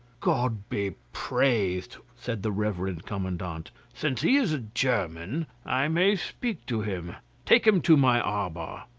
god be praised! said the reverend commandant, since he is a german, i may speak to him take him to my arbour.